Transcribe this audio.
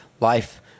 life-